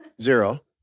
Zero